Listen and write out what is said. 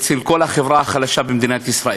אצל כל החברה החלשה במדינת ישראל: